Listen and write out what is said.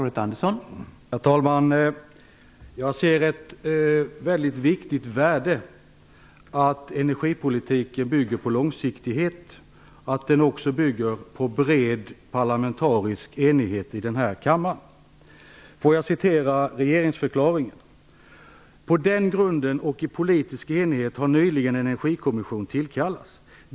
Herr talman! Jag ser ett väldigt stort värde i att energipolitiken bygger på långsiktighet och på bred parlamentarisk enighet i den här kammaren. Får jag citera regeringsförklaringen: "På den grunden har nyligen en energikommission tillkallats.